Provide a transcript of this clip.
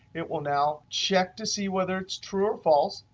it will now check to see whether it's true or false.